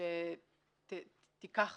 שתיקח